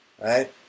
right